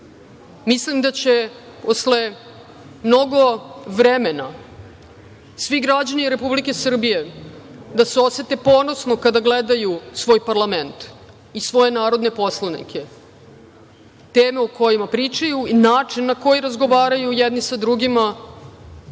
Srbije. Mislim da će posle mnogo vremena svi građani Republike Srbije da se osete ponosno kada gledaju svoj parlament i svoje narodne poslanike, teme o kojima pričaju i način na koji razgovaraju jedni sa drugima